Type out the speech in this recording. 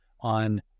on